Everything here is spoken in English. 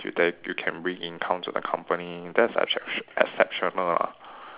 you can you can bring income to the company that's exceptio~ that's exceptional ah